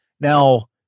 Now